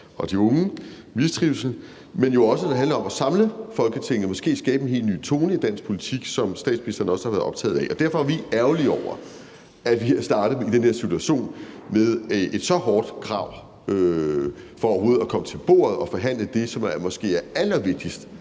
og de unges mistrivsel, men også når det handler om at samle Folketinget og måske skabe en helt ny tone i dansk politik, som statsministeren også har været optaget af. Derfor er vi ærgerlige over, at vi er startet i den her situation med et så hårdt krav for overhovedet at komme til bordet og forhandle det, som måske er allervigtigst